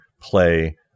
play